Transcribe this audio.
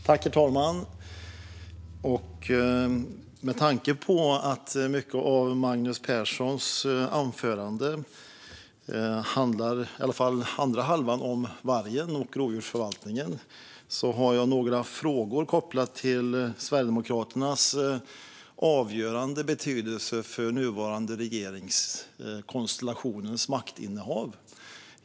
Herr talman! Med tanke på att mycket i Magnus Perssons anförande, i alla fall andra halvan, handlade om vargen och rovdjursförvaltningen har jag några frågor kopplat till Sverigedemokraternas avgörande betydelse för den nuvarande regeringskonstellationens maktinnehav.